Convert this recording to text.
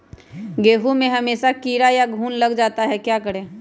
गेंहू में हमेसा कीड़ा या घुन लग जाता है क्या करें?